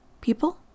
people